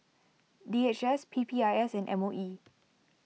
D H S P P I S and M O E